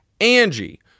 Angie